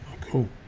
Cool